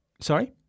Sorry